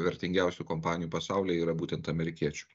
vertingiausių kompanijų pasaulyje yra būtent amerikiečių